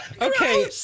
Okay